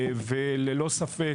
ללא ספק,